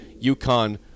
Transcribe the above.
UConn